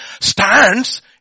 stands